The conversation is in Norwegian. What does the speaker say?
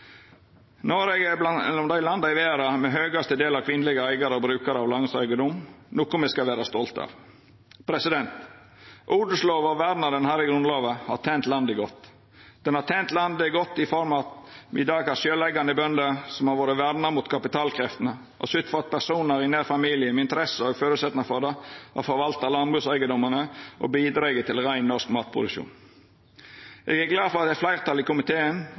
Noreg er mellom dei landa i verda med høgst del av kvinnelege eigarar og brukarar av landbrukseigedom, noko me skal vera stolte av. Odelslova og vernet ho har i Grunnlova, har tent landet godt. Lova har tent landet godt i form av at me i dag har sjølveigande bønder som har vore verna mot kapitalkreftene, og sytt for at personar i nær familie med interesse og føresetnad for det, har forvalta landbrukseigedomane og bidrege til rein norsk matproduksjon. Eg er glad for at eit fleirtal i komiteen